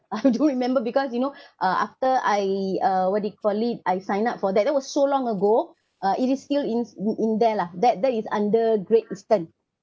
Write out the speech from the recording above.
I don't remember because you know uh after I uh what do you call it I sign up for that that was so long ago uh it is still ins~ in in there lah that that is under Great Eastern